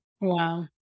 wow